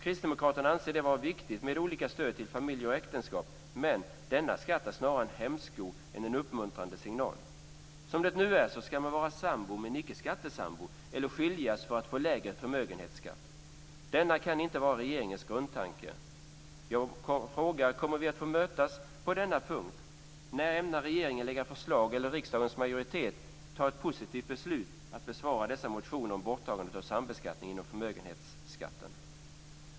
Kristdemokraterna anser det vara viktigt med olika stöd för familj och äktenskap. Men denna skatt är snarare en hämsko än en uppmuntrande signal. Som det nu är ska man vara sambo, men icke skattesambo, eller skiljas för att få lägre förmögenhetsskatt. Detta kan inte vara regeringens grundtanke. Jag frågar: Kommer vi att mötas på denna punkt? När ämnar regeringen lägga fram förslag eller riksdagens majoritet fatta ett positivt beslut om att besvara dessa motioner om borttagande av sambeskattning inom förmögenhetsskatten?